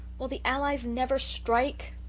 will the allies never strike?